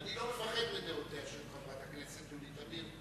שאני לא מפחד מן הדעות של חברת הכנסת יולי תמיר.